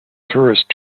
tourist